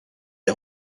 est